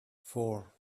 four